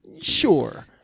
Sure